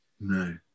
No